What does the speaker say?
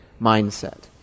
mindset